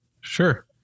Sure